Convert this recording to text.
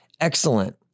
Excellent